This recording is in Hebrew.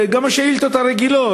וגם של השאילתות הרגילות,